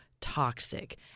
toxic